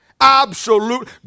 Absolute